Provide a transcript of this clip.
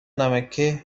نمکه